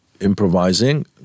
improvising